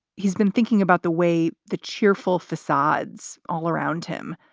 he's been thinking about the way the cheerful facades all around him,